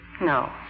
No